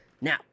Now